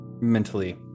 mentally